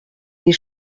des